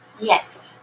Yes